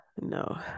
no